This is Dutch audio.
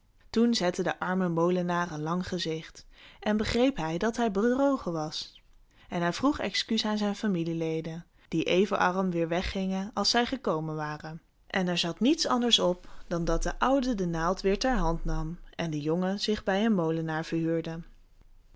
toen zette de arme molenaar een lang gezicht en begreep dat hij bedrogen was en hij vroeg excuus aan zijn familieleden die even arm weêr weg gingen als zij gekomen waren en er zat niets anders op dan dat de oude de naald weêr ter hand nam en de jongen zich bij een molenaar verhuurde